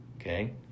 Okay